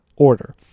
Order